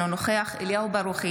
אינו נוכח אליהו ברוכי,